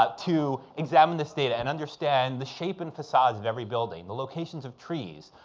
ah to examine this data and understand the shape and facades of every building, the locations of trees,